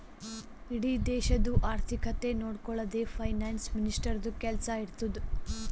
ಇಡೀ ದೇಶದು ಆರ್ಥಿಕತೆ ನೊಡ್ಕೊಳದೆ ಫೈನಾನ್ಸ್ ಮಿನಿಸ್ಟರ್ದು ಕೆಲ್ಸಾ ಇರ್ತುದ್